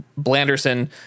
Blanderson